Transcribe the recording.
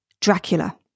Dracula